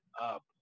up